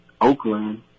Oakland